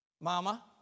Mama